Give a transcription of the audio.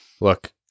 Look